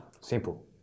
Simple